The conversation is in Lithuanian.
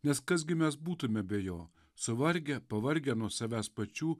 nes kas gi mes būtume be jo suvargę pavargę nuo savęs pačių